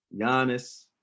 Giannis